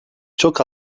çok